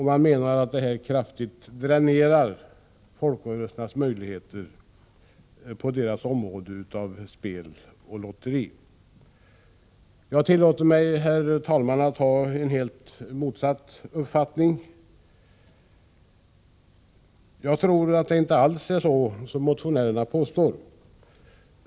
Man menar att detta kraftigt dränerar folkrörelsernas möjligheter på deras område för spel och lotteri. Jag tillåter mig, herr talman, att ha en helt motsatt uppfattning. Jag tror att det inte alls är som motionärerna påstår.